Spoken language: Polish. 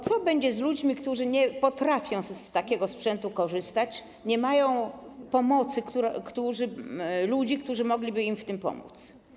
Co będzie z ludźmi, którzy nie potrafią z takiego sprzętu korzystać, nie mają ludzi, którzy mogliby im w tym pomóc?